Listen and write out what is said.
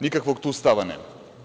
Nikakvog tu stava nema.